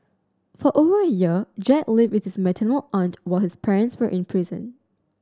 for over a year Jack lived with his maternal aunt while his parents were in prison